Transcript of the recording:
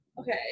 Okay